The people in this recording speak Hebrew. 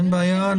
אין בעיה.